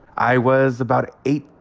i was about eighteen,